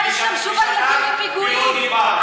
שלא ישתמשו בילדים לפיגועים.